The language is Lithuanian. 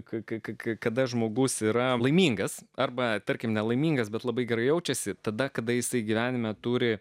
kai kada žmogus yra laimingas arba tarkim nelaimingas bet labai gerai jaučiasi tada kadaise gyvenime turi